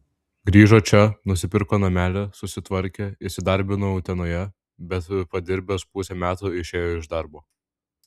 grįžo čia nusipirko namelį susitvarkė įsidarbino utenoje bet padirbęs pusę metų išėjo iš darbo